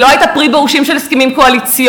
והיא לא הייתה פרי באושים של הסכמים קואליציוניים,